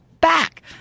back